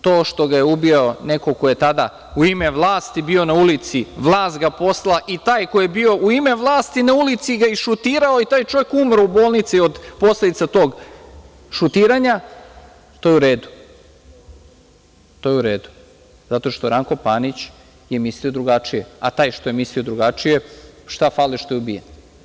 To što ga je ubio neko ko je tada u ime vlasti bio na ulici, vlast poslala i taj koji je bio u ime vlasti na ulici ga je išutirao i taj čovek je umro u bolnici od posledica tog šutiranja, to je u redu, zato što je Ranko Panić mislio drugačije, a taj što je mislio drugačije, šta fali što je ubijen.